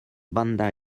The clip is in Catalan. banda